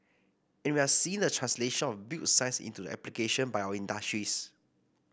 and we are seeing the translation of built science into application by our industries